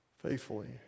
faithfully